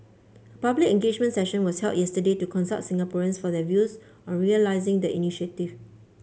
a public engagement session was held yesterday to consult Singaporeans for their views on realising the initiative